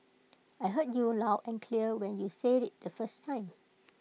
I heard you loud and clear when you said IT the first time